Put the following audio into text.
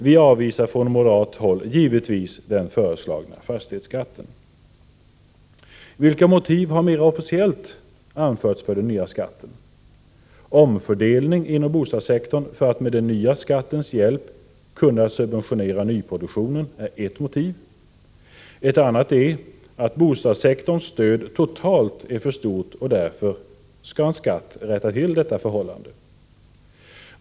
Vi avvisar från moderat håll givetvis den föreslagna fastighetsskatten. Vilka motiv anges då mera officiellt för den nya skatten? Omfördelning inom bostadssektorn för att med den nya skattens hjälp kunna subventionera nyproduktionen är ett motiv. Ett annat är att bostadssektorns stöd totalt är för stort, och därför skulle en skatt rätta till detta.